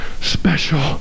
special